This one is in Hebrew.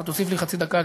אתה תוסיף לי חצי דקה,